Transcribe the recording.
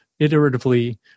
iteratively